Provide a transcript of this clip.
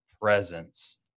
presence